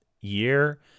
year